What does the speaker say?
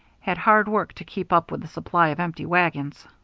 had hard work to keep up with the supply of empty wagons.